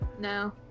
No